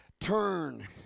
turn